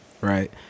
right